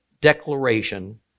declaration